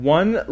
one